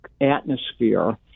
atmosphere